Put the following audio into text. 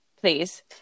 Please